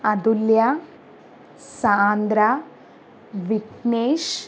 Athulya Sandra Vignesh